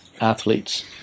athletes